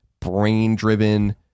brain-driven